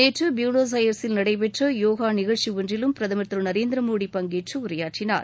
நேற்று பியூனஸ் அயர்ஸில் நடைபெற்ற யோகா நிகழ்ச்சி ஒன்றிலும் பிரதமர் திரு நரேந்திர மோடி பங்கேற்று உரையாற்றினார்